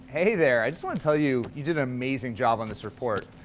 hey there. i just want to tell you, you did an amazing job on this report.